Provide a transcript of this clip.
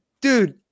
dude